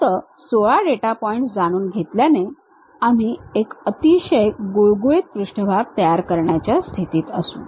फक्त 16 data points जाणून घेतल्याने आम्ही एक अतिशय गुळगुळीत पृष्ठभाग तयार करण्याच्या स्थितीत असू